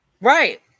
right